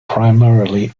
primarily